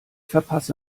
verpasse